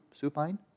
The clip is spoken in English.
supine